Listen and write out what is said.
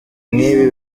nk’ibi